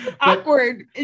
Awkward